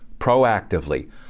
proactively